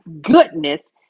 goodness